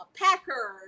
packer